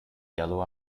yellow